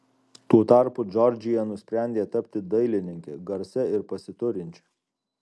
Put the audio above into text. tuo tarpu džordžija nusprendė tapti dailininke garsia ir pasiturinčia